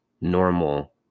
normal